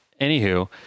Anywho